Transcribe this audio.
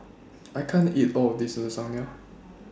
I can't eat All of This Lasagne